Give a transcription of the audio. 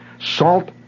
Salt